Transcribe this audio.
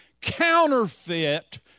counterfeit